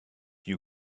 you